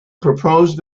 proposed